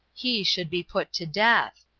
he should be put to death.